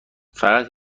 فقط